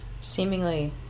seemingly